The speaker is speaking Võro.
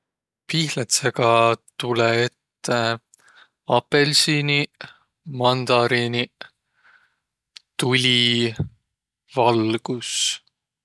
Pihlõtõsõga tulõ ette apõlsiiniq, mandariiniq, tuli, valgus.